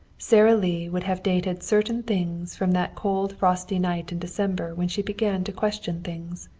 sara lee would have dated certain things from that cold frosty night in december when she began to question things.